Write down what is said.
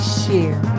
share